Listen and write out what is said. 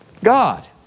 God